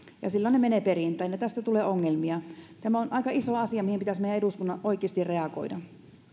ja silloin ne menevät perintään ja tästä tulee ongelmia tämä on aika iso asia mihin pitäisi meidän eduskunnan oikeasti reagoida